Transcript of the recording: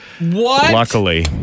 Luckily